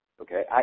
Okay